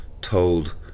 Told